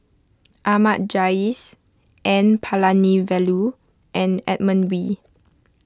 Ahmad Jais N Palanivelu and Edmund Wee